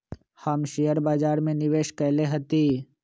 हम शेयर बाजार में निवेश कएले हती